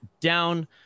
down